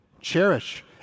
cherish